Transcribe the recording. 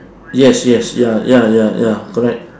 yes yes ya ya ya ya correct